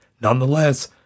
Nonetheless